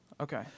Okay